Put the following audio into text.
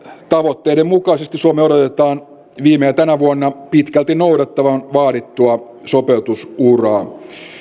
tavoitteiden mukaisesti suomen odotetaan viime ja tänä vuonna pitkälti noudattavan vaadittua sopeutusuraa